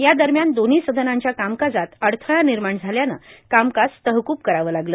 या दरम्यान दोव्ही सदनांच्या कामकाजात अडथळा निर्माण झाल्यानं कामकाज तहकूब करावं लागलं